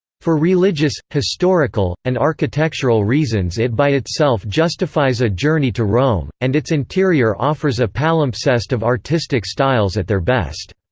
for religious, historical, and architectural reasons it by itself justifies a journey to rome, and its interior offers a palimpsest of artistic styles at their best.